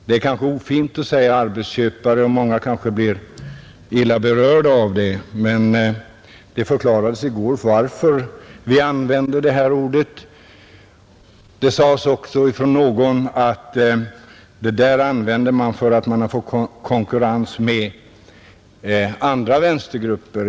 Det är kanske ofint att säga arbetsköparna, och många kanske blir illa berörda av det ordet, men det förklarades i går varför vi använde det. Det sades också av någon att det där uttrycket använder man för att man har fått konkurrens av andra vänstergrupper.